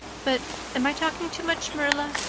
but am i talking too much, marilla?